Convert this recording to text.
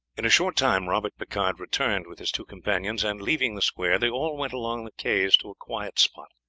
in a short time robert picard returned with his two companions, and leaving the square, they all went along the quays to a quiet spot.